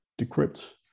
decrypt